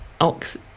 ox